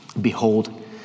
behold